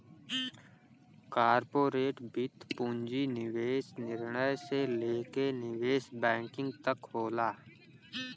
corporate वित्त पूंजी निवेश निर्णय से लेके निवेश बैंकिंग तक होला